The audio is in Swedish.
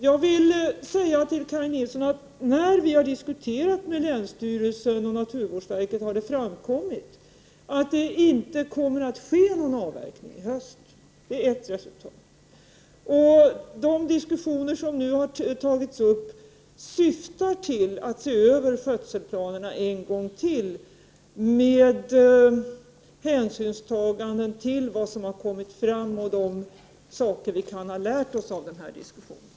Jag vill säga till Kaj Nilsson att när vi har diskuterat med länsstyrelsen och naturvårdsverket har det framkommit att det inte skall ske någon avverkning i höst. Det är ett resultat. De diskussioner som nu har tagits upp syftar till att man ännu en gång skall se över skötselplanerna. Det skall ske med hänsynstagande till vad som har kommit fram i diskussionen och vad vi kan ha lärt oss av diskussionen.